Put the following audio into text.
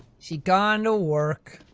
she's gone to work.